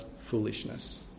foolishness